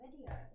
video